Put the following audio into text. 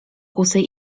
kusej